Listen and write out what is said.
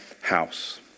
house